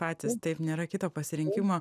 patys taip nėra kito pasirinkimo